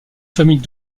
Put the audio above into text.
famille